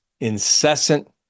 incessant